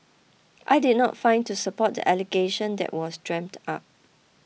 I did not find to support the allegation that was dreamt up